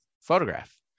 photograph